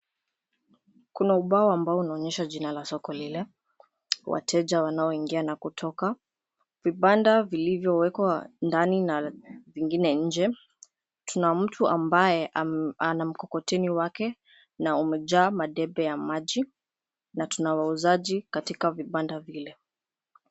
Kuna ubao ambao unaonyesha jina la soko lile, wateja wanaoingia na kutoka. Vibanda vilivyowekwa ndani na vingine nje. Tuna mtu ambaye ana mkokoteni wake na umejaa madebe ya maji na tuna wauzaji katika vibanda vile.